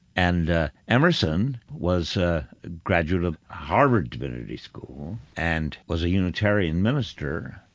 and, ah, emerson was a graduate of harvard divinity school and was a unitarian minister.